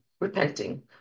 repenting